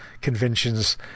conventions